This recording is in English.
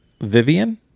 Vivian